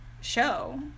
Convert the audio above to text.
show